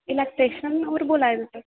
नमस्ते अश्विनी होर बोल्ला दे तुस